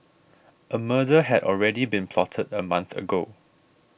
a murder had already been plotted a month ago